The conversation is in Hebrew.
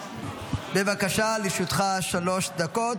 בבקשה, לרשותך שלוש דקות.